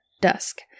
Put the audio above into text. dusk